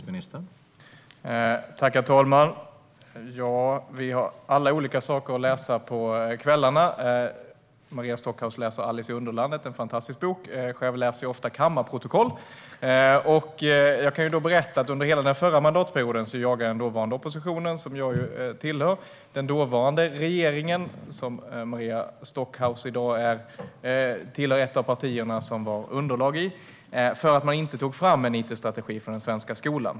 Herr talman! Alla läser vi olika saker på kvällarna. Maria Stockhaus läser Alice i Underlandet , vilket är en fantastisk bok, och själv läser jag ofta kammarprotokoll. Jag kan därför berätta att under hela den förra mandatperioden jagade den dåvarande oppositionen, som jag var en del av, den dåvarande regeringen - som Maria Stockhaus parti var en del av underlaget till - för att den inte tog fram en it-strategi för den svenska skolan.